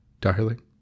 darling